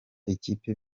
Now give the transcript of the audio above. ikipe